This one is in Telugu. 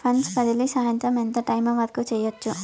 ఫండ్స్ బదిలీ సాయంత్రం ఎంత టైము వరకు చేయొచ్చు